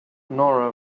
nora